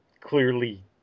clearly